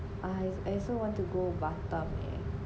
I I also want to go batam leh